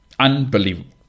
Unbelievable